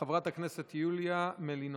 חברת הכנסת יוליה מלינובסקי.